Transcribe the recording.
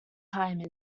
time